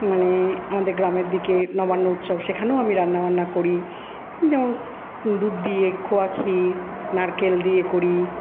মানে আমাদের গ্রামের দিকে নবান্ন উৎসব সেখানেও আমি রান্নাবান্না করি যেমন দুধ দিয়ে খোয়াক্ষীর নারকেল দিয়ে করি